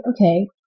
okay